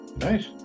Nice